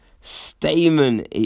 Stamen